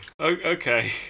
Okay